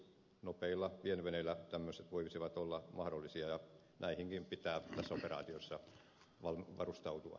nopeilla pienveneillä tämmöiset voisivat olla mahdollisia ja näihinkin pitää tässä operaatiossa varustautua